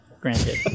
granted